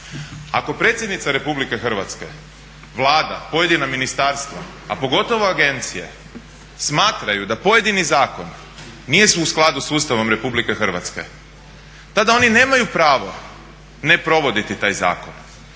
Ako predsjednica RH, Vlada, pojedina ministarstva, a pogotovo agencije smatraju da pojedini zakon nije u skladu sa ustavom RH tada oni nemaju pravo ne provoditi taj zakon.